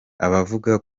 abavuga